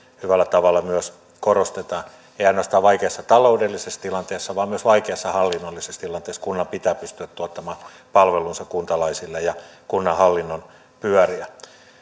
hyvällä tavalla myös korostetaan ei ainoastaan vaikeassa taloudellisessa tilanteessa vaan myös vaikeassa hallinnollisessa tilanteessa kunnan pitää pystyä tuottamaan palvelunsa kuntalaisille ja kunnan hallinnon pyöriä